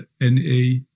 NA